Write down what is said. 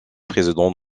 président